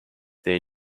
their